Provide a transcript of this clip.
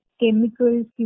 chemicals